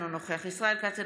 אינו נוכח ישראל כץ,